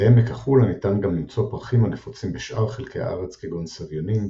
בעמק החולה ניתן גם למצוא פרחים הנפוצים בשאר חלקי הארץ כגון סביונים,